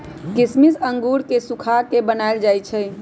किशमिश अंगूर के सुखा कऽ बनाएल जाइ छइ